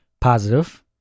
positive